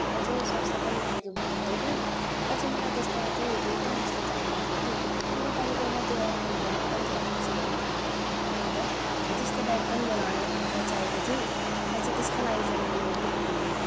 र चाहिँ सस्तो पनि लाग्यो भन्नुहुँदै थियो र चाहिँ मलाई त्यस्तो अझै दुईटा जस्तो चाहिएको थियो कि त्यहाँदेखिको तपाईँकोमा त्यो अर्को ब्याग पनि थियो होइन यसो केटीहरूले बोक्ने टाइपको ब्याग हो त्यस्तो ब्याग पनि मलाई हल्का चाहिएको थियो र चाहिँ त्यसकै लागि चाहिँ मैले अलिकति